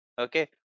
okay